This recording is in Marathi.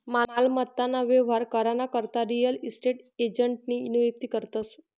मालमत्ता ना व्यवहार करा ना करता रियल इस्टेट एजंटनी नियुक्ती करतस